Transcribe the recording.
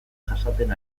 jasaten